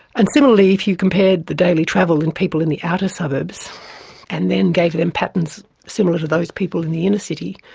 and similarly if you compared the daily travel in people in the outer suburbs and then gave them patterns similar to those people in the inner city,